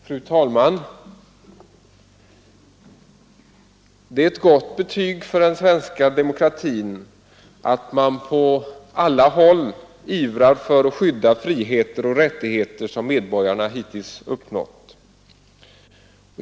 Fru talman! Det är ett gott betyg åt den svenska demokratin att man på alla håll ivrar för att skydda de frioch rättigheter som medborgarna hittills uppnått.